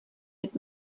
had